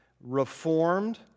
reformed